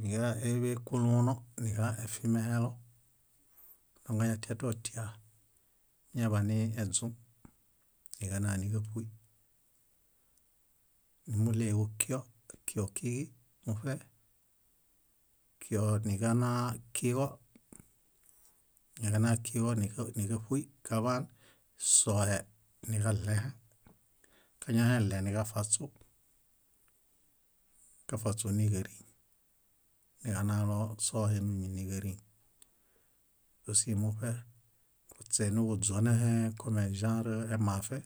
níġaeḃe kuluno niġaefimẽhelo. Kamaġañatiatotia, iñaḃanieźũ, níġananiġaṗuy. Kúɭeġu kio, kio ókiġi muṗe. Kio niġanakiġo, niġanakiġo níġ- níġaṗuy kaḃaan sohe niġaɭẽhe. Kañaheɭeniġafaśu, kafaśu níġariŋ, niġanalo sohe míminiġarin. Ósi muṗe kuśenuġuźonẽhe kom eĵãr emafe